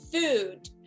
food